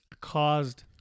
caused